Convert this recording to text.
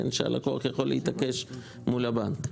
שהלקוח יכול להתעקש מול הבנק.